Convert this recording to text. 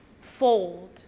Fold